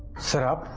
sir,